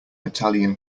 italian